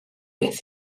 beth